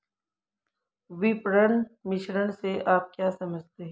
विपणन मिश्रण से आप क्या समझते हैं?